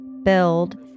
build